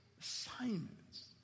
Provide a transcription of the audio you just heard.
assignments